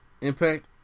Impact